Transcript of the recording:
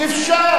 אי-אפשר.